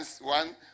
one